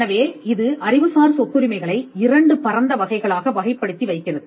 எனவே இது அறிவுசார் சொத்துரிமை களை இரண்டு பரந்த வகைகளாக வகைப்படுத்தி வைக்கிறது